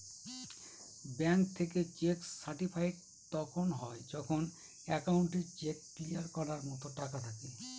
bank থেকে cheque certified তখন হয় যখন একাউন্টে চেক ক্লিয়ার করার মতো টাকা থাকে